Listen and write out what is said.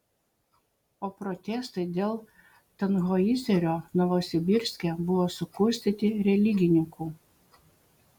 o protestai dėl tanhoizerio novosibirske buvo sukurstyti religininkų